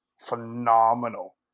phenomenal